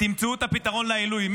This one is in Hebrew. תמצאו את הפתרון לעילוי.